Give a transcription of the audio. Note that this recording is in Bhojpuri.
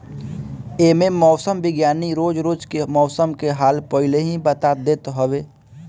एमे मौसम विज्ञानी रोज रोज के मौसम के हाल पहिले ही बता देत हवे